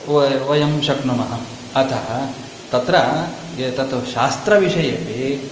Y वयं शक्नुमः अतः तत्र ये तत् शास्त्रविषयेपि